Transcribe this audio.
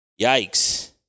Yikes